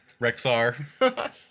Rexar